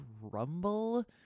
rumble